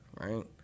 right